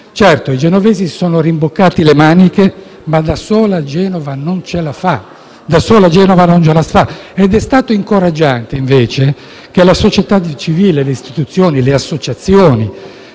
Certo, i genovesi si sono rimboccati le maniche, ma da sola Genova non ce la fa. Ed è stato incoraggiante, invece, che la società di civile, le istituzioni, le associazioni